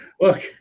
look